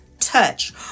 touch